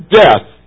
death